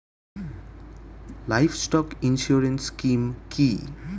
Livestock insurance scheme কি?